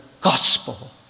gospel